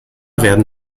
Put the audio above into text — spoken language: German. werden